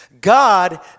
God